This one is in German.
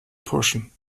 puschen